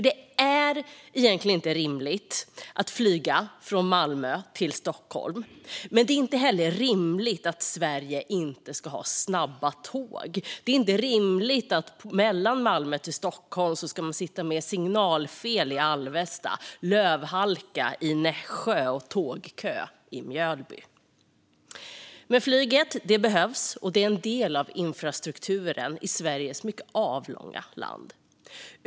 Det är egentligen inte rimligt att flyga från Malmö till Stockholm, men det är inte heller rimligt att Sverige inte ska ha snabba tåg. Det är inte rimligt att man mellan Malmö och Stockholm ska sitta med signalfel i Alvesta, lövhalka i Nässjö och tågkö i Mjölby. Men flyget behövs och är en del av infrastrukturen i Sveriges mycket avlånga land.